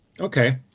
Okay